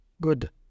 Good